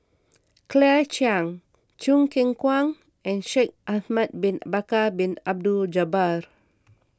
Claire Chiang Choo Keng Kwang and Shaikh Ahmad Bin Bakar Bin Abdullah Jabbar